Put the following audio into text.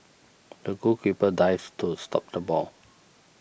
the goalkeeper dived to stop the ball